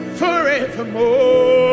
forevermore